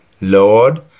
Lord